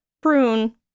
prune